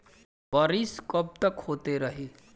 बरिस कबतक होते रही?